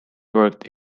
worked